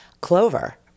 clover